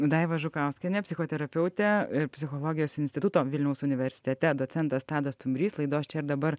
daiva žukauskienė psichoterapeutė psichologijos instituto vilniaus universitete docentas tadas stumbrys laidos čia ir dabar